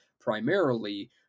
primarily